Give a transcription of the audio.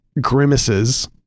grimaces